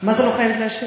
מה זה "לא חייבת להשיב"?